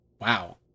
Wow